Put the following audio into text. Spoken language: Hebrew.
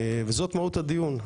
וזאת מהות הדיון.